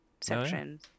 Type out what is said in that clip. section